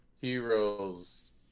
heroes